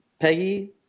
Peggy